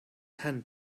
hand